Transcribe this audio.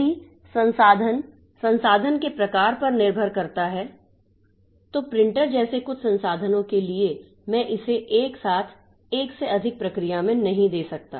यदि संसाधन संसाधन के प्रकार पर निर्भर करता है तो प्रिंटर जैसे कुछ संसाधनों के लिए मैं इसे एक साथ एक से अधिक प्रक्रिया में नहीं दे सकता